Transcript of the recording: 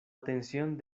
atención